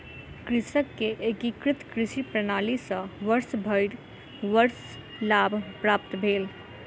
कृषक के एकीकृत कृषि प्रणाली सॅ वर्षभरि वर्ष लाभ प्राप्त भेल